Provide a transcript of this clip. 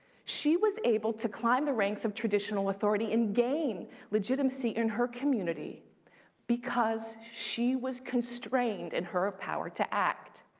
she was able to climb the ranks of traditional authority and gain legitimacy in her community because she was constrained in her power to act.